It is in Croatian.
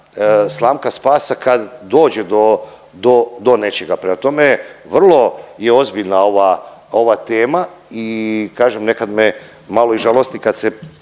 slamka spasa kad dođe do, do nečega. Prema tome vrlo je ozbiljna ova, ova tema i kažem nekad me malo i žalosti kad se